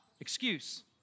excuse